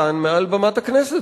כאן מעל במת הכנסת,